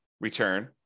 return